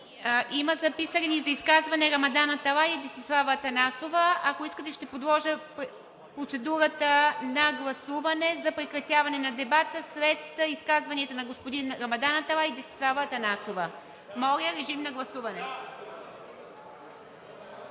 Има записани за изказване Рамадан Аталай и Десислава Атанасова. Ако искате, ще подложа процедурата на гласуване за прекратяване на дебата след изказванията на господин Рамадан Аталай и Десислава Атанасова. Моля, режим на гласуване